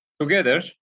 Together